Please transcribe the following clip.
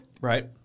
right